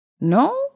no